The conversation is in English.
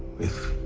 with